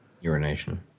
Urination